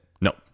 No